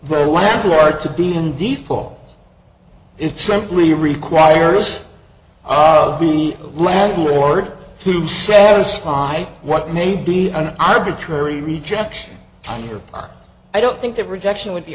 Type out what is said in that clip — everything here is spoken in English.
the landlord to be in the fall it simply requires the landlord to satisfy what may be an arbitrary rejection on your part i don't think that rejection would be